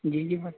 جی جی